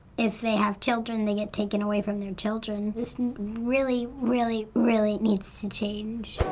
if they have children, they get taken away from their children. this really, really, really needs to change.